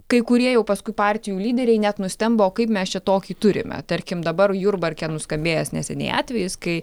kai kurie jau paskui partijų lyderiai net nustemba o kaip mes čia tokį turime tarkim dabar jurbarke nuskambėjęs neseniai atvejis kai